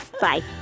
bye